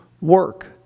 work